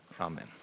Amen